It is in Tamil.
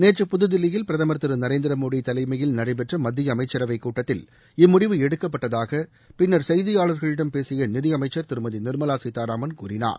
நேற்று புதுதில்லியில் பிரதமர் திரு நரேந்திர மோடி தலைமையில் நடைபெற்ற மத்திய அமைச்சரவை கூட்டத்தில் இம்முடிவு எடுக்கப்பட்டதாக பின்னர் செய்தியாளர்களிடம் பேசிய நிதியமைச்சர் திருமதி நிர்மலா சீதாராமன் கூறினார்